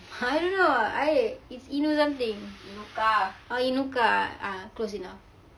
I don't know I it's inu~ something oh inuka eh ah close enough